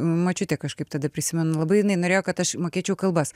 močiutė kažkaip tada prisimenu labai jinai norėjo kad aš mokėčiau kalbas